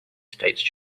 state